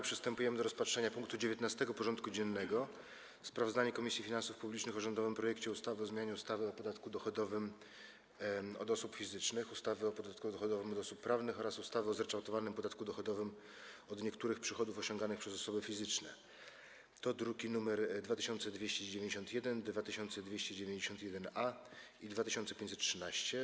Przystępujemy do rozpatrzenia punktu 19. porządku dziennego: Sprawozdanie Komisji Finansów Publicznych o rządowym projekcie ustawy o zmianie ustawy o podatku dochodowym od osób fizycznych, ustawy o podatku dochodowym od osób prawnych oraz ustawy o zryczałtowanym podatku dochodowym od niektórych przychodów osiąganych przez osoby fizyczne (druki nr 2291, 2291-A i 2513)